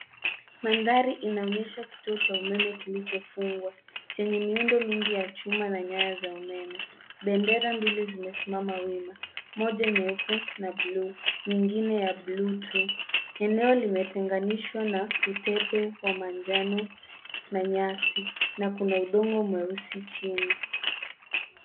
Mandhari inaonyesha kituo cha umeme kilichofungwa chenye miundo mingi ya chuma na nyaya za umeme. Bendera mbili zimesimama wima moja nyeupe na bluu nyingine ya bluu tu. Eneo limetenganishwa na utepe wa manjano na nyasi na kuna udongo mweusi chini.